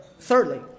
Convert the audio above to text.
Thirdly